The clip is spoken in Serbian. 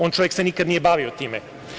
On čovek se nikada nije bavio time.